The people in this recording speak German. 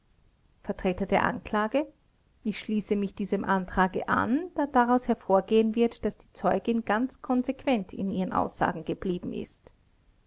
vertreter der anklage ich schließe mich diesem antrage an da daraus hervorgehen wird daß die zeugin ganz konsequent in ihren aussagen geblieben ist